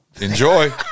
Enjoy